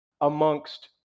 amongst